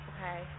Okay